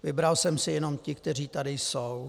Vybral jsem si jenom ty, kteří tady jsou.